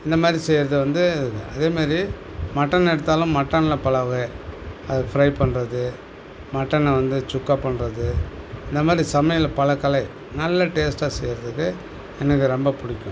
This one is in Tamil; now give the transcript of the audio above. இந்த மாதிரி செய்கிறது வந்து அதே மாதிரி மட்டன் எடுத்தாலும் மட்டனில் பல வகை அதை ஃப்ரை பண்ணுறது மட்டனை வந்து சுக்கா பண்ணுறது இந்த மாதிரி சமையலில் பல கலை நல்லா டேஸ்ட்டாக செய்கிறதுக்கு எனக்கு ரொம்ப பிடிக்கும்